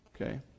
Okay